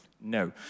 No